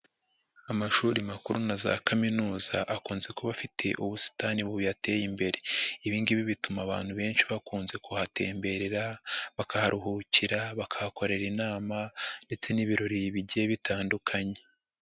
Amashuri makuru na za kaminuza akunze kuba afite ubusitani bubiyateye imbere, ibingibi bituma abantu benshi bakunze kuhatemberera, bakaharuhukira bakahakorera inama ndetse n'ibirori bigiye bitandukanye.